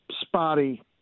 spotty